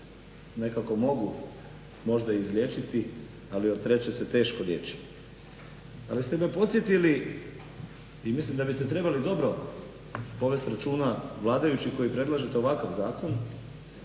nekako mogu možda izliječiti ali od treće se teško liječi. Ali ste me podsjetili i mislim da biste trebali dobro povesti računa vladajući koji predlažete ovakav zakon